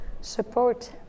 support